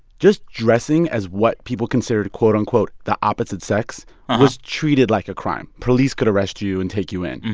just dressing as what people considered quote, unquote, the opposite sex was treated like a crime. police could arrest you and take you in.